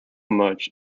much